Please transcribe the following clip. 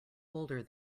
older